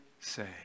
say